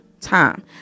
time